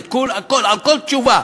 כל תשובה.